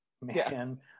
man